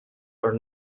are